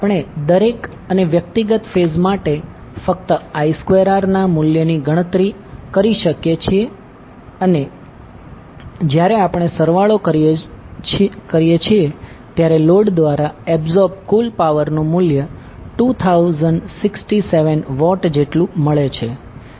આપણે દરેક અને વ્યક્તિગત ફેઝ માટે ફક્ત I2R ના મૂલ્યની ગણતરી કરી શકીએ છીએ અને જ્યારે આપણે સરવાળો કરીએ છીએ ત્યારે લોડ દ્વારા એબ્સોર્બ કુલ પાવરનું મૂલ્ય 2067 વોટ જેટલું મળે છે